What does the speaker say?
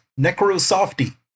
Necrosofty